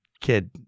kid